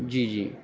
جی جی